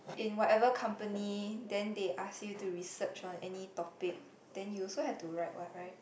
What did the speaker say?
in whatever company then they ask you to research on any topic then you also have to write [what] [right]